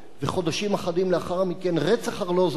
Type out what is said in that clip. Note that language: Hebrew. וחודשים אחדים לאחר מכן היה רצח ארלוזורוב,